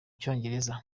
cyongereza